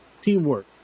teamwork